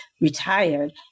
retired